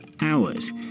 hours